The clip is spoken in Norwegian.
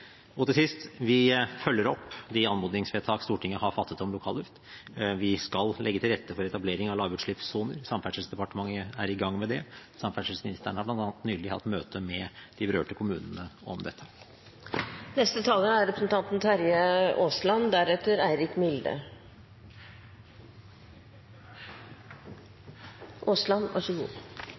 Til sist: Vi følger opp anmodningsvedtakene Stortinget har fattet om lokal luft. Vi skal legge til rette for etablering av lavutslippssoner. Samferdselsdepartementet er i gang med det. Samferdselsministeren har bl.a. nylig hatt møte med de berørte kommunene om dette. Det er kanskje på tide å avrunde debatten og ønske hverandre god